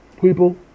people